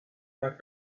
fact